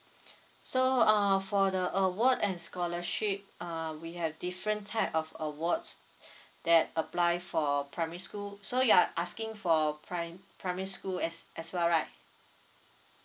so uh for the award and scholarship uh we have different type of awards that apply for primary school so you are asking for prime primary school as as well right